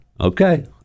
Okay